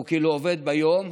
הוא כאילו עובד ביום,